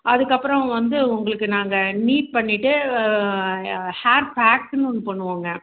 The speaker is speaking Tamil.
அதுக்கப்புறோம் வந்து உங்களுக்கு நாங்கள் நீட் பண்ணிட்டு யா ஹேர் பேக்குன்னு ஒன்று பண்ணுவோங்க